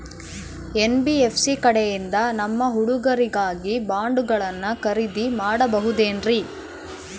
NBFC ಕಡೆಯಿಂದ ನಮ್ಮ ಹುಡುಗರಿಗಾಗಿ ಬಾಂಡುಗಳನ್ನ ಖರೇದಿ ಮಾಡಬಹುದೇನ್ರಿ?